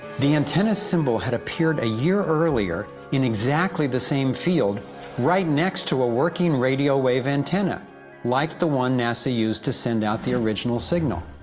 the antenna symbol had appeared a year earlier in exactly the same field right next to a working radio wave antenna like the one nasa used to send out the original signal.